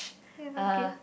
ya okay